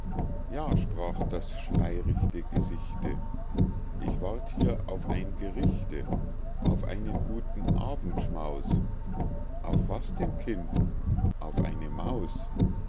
ja sprach das schlei'richte gesichte ich warte hier auf ein gerichte auf einen guten abendschmaus auf was denn kind auf eine maus